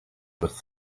was